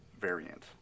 variant